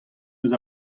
eus